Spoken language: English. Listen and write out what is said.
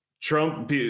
Trump